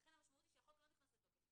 לכן המשמעות היא שהחוק לא נכנס לתוקף.